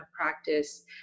practice